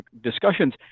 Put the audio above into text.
discussions